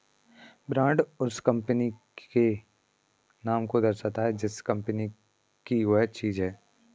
brand उस company के नाम को दर्शाता है जिस कंपनी की वह चीज बनी है